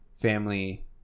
Family